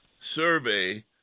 survey